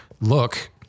look